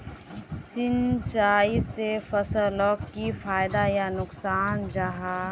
सिंचाई से फसलोक की फायदा या नुकसान जाहा?